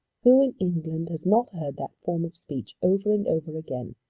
who in england has not heard that form of speech, over and over again?